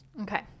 Okay